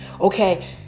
Okay